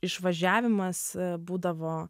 išvažiavimas būdavo